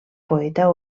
poeta